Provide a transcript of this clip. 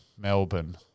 Melbourne